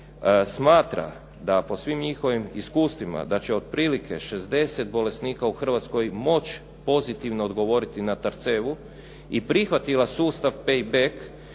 smatra da po svim njihovim iskustvima da će otprilike 60 bolesnika u Hrvatskoj moći pozitivno odgovoriti na Tarcevu i prihvatila sustav pay back